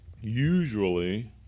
usually